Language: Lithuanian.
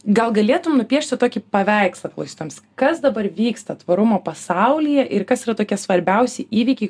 gal galėtum nupiešti tokį paveikslą klausytojams kas dabar vyksta tvarumo pasaulyje ir kas yra tokie svarbiausi įvykiai